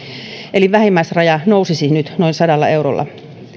eli vähimmäisraja nousisi nyt noin sadalla eurolla